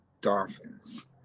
Dolphins